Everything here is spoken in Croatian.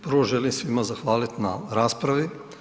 Prvo želim svima zahvalit na raspravi.